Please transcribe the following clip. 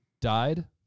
died